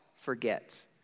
forgets